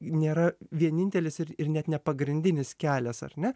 nėra vienintelis ir ir net nepagrindinis kelias ar ne